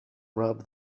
rub